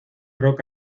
rock